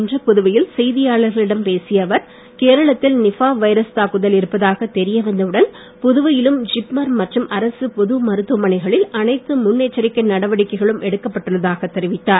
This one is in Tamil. இன்று புதுவையில் செய்தியாளர்களிடம் பேசிய அவர் கேரளத்தில் நிப்பா வைரஸ் தாக்குதல் இருப்பதாக தெரியவந்த உடன் புதுவையிலும் ஜிப்மர் மற்றும் அரசுப் பொது மருத்துவமனையில் அனைத்து முன்எச்சரிக்கை நடவடிக்கைகளும் எடுக்கப்பட்டுள்ளதாக தெரிவித்தார்